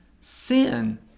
sin